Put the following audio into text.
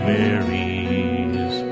Mary's